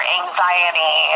anxiety